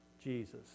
jesus